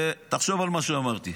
תחשוב על מה שאמרתי.